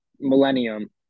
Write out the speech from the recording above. millennium